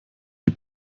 die